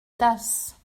tasses